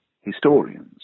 historians